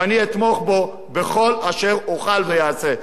ואני אתמוך בו בכל אשר אוכל ואעשה.